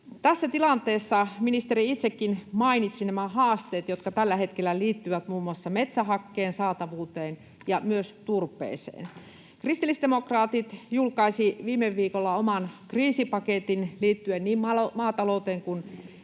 Tässä tilanteessa ministeri itsekin mainitsi nämä haasteet, joita tällä hetkellä liittyy muun muassa metsähakkeen saatavuuteen ja myös turpeeseen. Kristillisdemokraatit julkaisivat viime viikolla oman kriisipakettinsa liittyen niin maatalouteen kuin